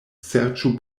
serĉu